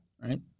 right